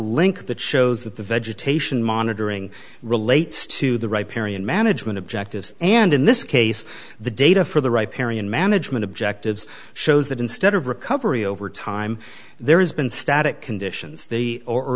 link that shows that the vegetation monitoring relates to the right period management objectives and in this case the data for the right parry and management objectives shows that instead of recovery over time there has been static conditions the or